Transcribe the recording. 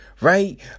right